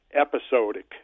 episodic